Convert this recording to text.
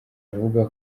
avuga